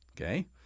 okay